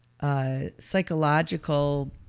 psychological